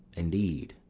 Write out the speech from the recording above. indeed,